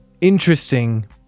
interesting